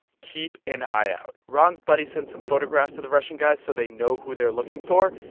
keep an eye out. ron's buddy sent some photographs of the russian guys so they know who they're looking for.